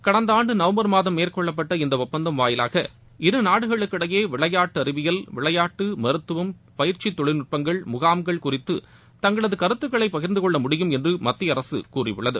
கடந்தாண்டு நவம்பர் மாதம் மேற்கொள்ளப்பட்ட இந்த ஒப்பந்தம் வாயிலாக இரு நாடுகளுக்கிடையே விளையாட்டு அறிவியல் விளையாட்டு மருத்துவம் பயிற்சி தொழில்நுட்பங்கள் முகாம்கள் குறித்து தங்களது கருத்துகளை பகிர்ந்து கொள்ள முடியும் என்று மத்திய அரசு கூறியுள்ளது